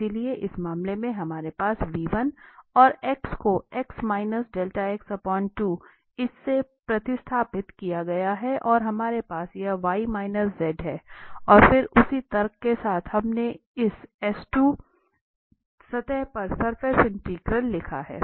इसलिए इस मामले में हमारे पास अब और x को इससे प्रतिस्थापित किया गया है और हमारे पास यह y z है और फिर उसी तर्क के साथ हमने इस सतह पर सरफिस इंटीग्रल लिखा है